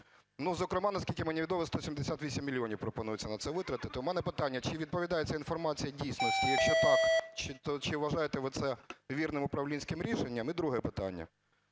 Зокрема, наскільки мені відомо, 178 мільйонів пропонується на це витратити. То в мене питання: чи відповідає ця інформація дійсності? Якщо так, чи вважаєте ви це вірним управлінським рішенням? І друге питання.